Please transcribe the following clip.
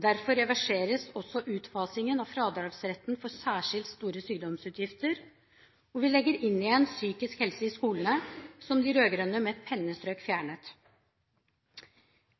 Derfor reverseres også utfasingen av fradragsretten for særskilt store sykdomsutgifter, og vi legger inn igjen psykisk helse i skolene, som de rød-grønne med et pennestrøk fjernet.